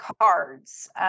cards